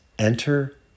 Enter